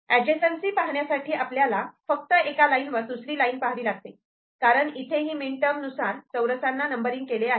adjacency पाहण्यासाठी आपल्याला फक्त एका लाईन वर दुसरी लाईन पहावी लागते कारण इथे हे मिन टर्म नुसार चौरसाना नंबरिंग केले आहे